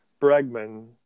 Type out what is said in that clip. Bregman